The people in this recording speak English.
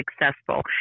successful